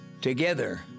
Together